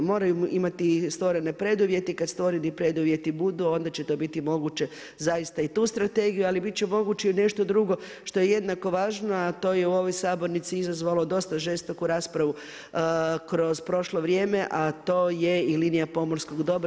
Moraju imati stvorene preduvjete i kad stvoreni preduvjeti budu onda će to biti moguće zaista i tu strategiju, ali biti će moguće i nešto drugo što je jednako važno a to je u ovoj sabornici izazvalo dosta žestoku raspravu kroz prošlo vrijeme, a to je i linija pomorskog dobra.